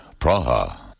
Praha